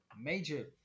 major